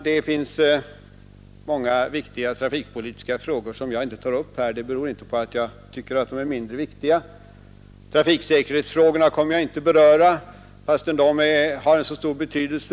Det är många trafikpolitiska frågor som jag här inte tar upp, men det beror inte på att jag tycker att de är mindre viktiga. Sålunda kommer jag inte att beröra trafiksäkerhetsfrågorna trots att de har så stor betydelse.